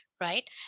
right